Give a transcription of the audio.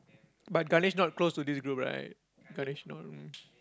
but Ganesh not close to this group right Ganesh no